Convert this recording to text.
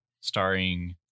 starring